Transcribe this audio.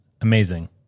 Amazing